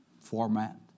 format